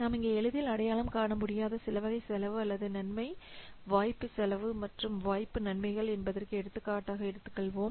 நாம் இங்கே எளிதில் அடையாளம் காண முடியாத சில வகை செலவு அல்லது நன்மை வாய்ப்பு செலவு மற்றும் வாய்ப்பு நன்மைகள் என்பதற்கு எடுத்துக்காட்டு எடுத்துள்ளோம்